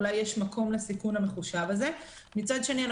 אולי יש מקום לסיכון המחושב הזה; מצד שני,